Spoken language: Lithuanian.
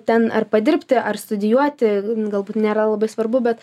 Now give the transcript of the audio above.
ten ar padirbti ar studijuoti galbūt nėra labai svarbu bet